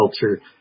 culture